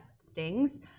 stings